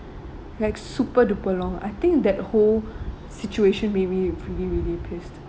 like super duper long I think that whole situation maybe really really pissed